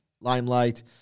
limelight